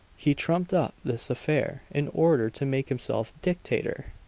he trumped up this affair in order to make himself dictator!